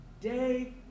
day